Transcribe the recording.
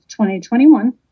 2021